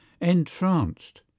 entranced